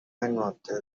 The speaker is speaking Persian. رنگماده